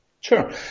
Sure